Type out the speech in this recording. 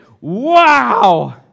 wow